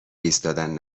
ایستادن